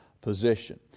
position